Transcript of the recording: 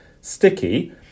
sticky